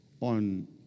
on